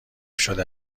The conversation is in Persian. شده